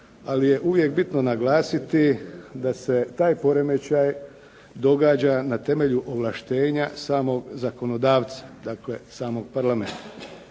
ali je uvijek bitno naglasiti da se taj poremećaj događa na temelju ovlaštenja samog zakonodavca, dakle samog Parlamenta.